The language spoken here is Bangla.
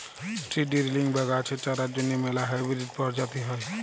সিড ডিরিলিং বা গাহাচের চারার জ্যনহে ম্যালা হাইবিরিড পরজাতি হ্যয়